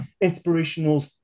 Inspirational